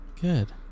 good